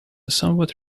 somewhat